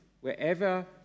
wherever